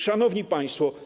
Szanowni Państwo!